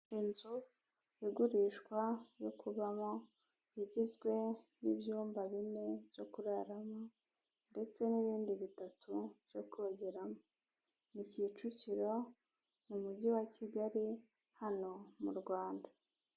Inzu igurishwa yo kubamo igizwe n'ibyumba bine byo kuraramo ndetse n'ibindi bitatu byo kongera, ni Kicukiro, mu mujyi wa Kigali hano mu Rwanda.